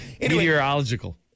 Meteorological